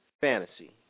fantasy